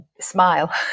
smile